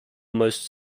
most